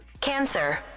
Cancer